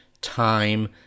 time